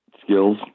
skills